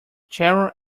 cheryl